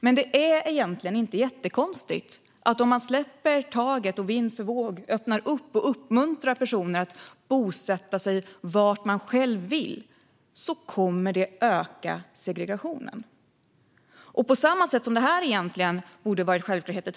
Det hela är egentligen inte särskilt konstigt: Om man släpper personer vind för våg och uppmuntrar dem att bosätta sig där de själva vill kommer det att öka segregationen. Detta borde ha varit självklart tidigt.